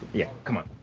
yeah. come on